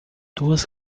duas